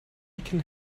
can